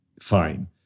fine